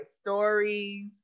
stories